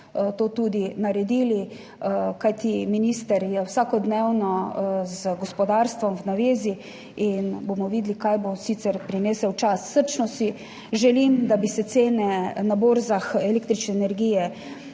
to tudi naredili. Kajti minister je vsakodnevno v navezi z gospodarstvom in bomo videli, kaj bo sicer prinesel čas. Srčno si želim, da bi se cene na borzah električne energije